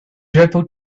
dreadful